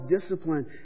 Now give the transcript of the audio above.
discipline